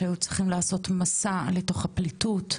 שהיו צריכים לעשות מסע לתוך הפליטות,